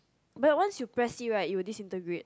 but once you press it right you will disintegrate